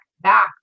back